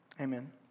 Amen